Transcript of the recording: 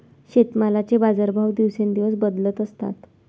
शेतीमालाचे बाजारभाव दिवसेंदिवस बदलत असतात